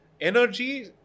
energy